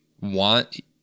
want